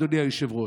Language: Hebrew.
אדוני היושב-ראש,